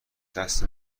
دست